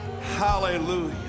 hallelujah